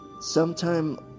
sometime